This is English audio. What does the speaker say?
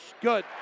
good